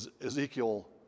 Ezekiel